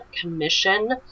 Commission